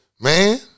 man